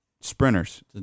sprinters